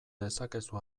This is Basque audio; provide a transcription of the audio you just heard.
dezakezu